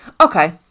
Okay